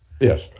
Yes